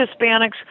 Hispanics